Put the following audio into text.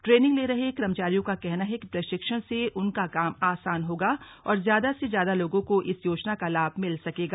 training ले रहे कर्मचारियों का कहना है कि प्रशिक्षण से उनका काम आसान होगा और ज्यादा से ज्यादा लोगों को इस योजना का लाभ मिल सकेगा